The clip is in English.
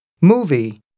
Movie